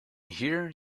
here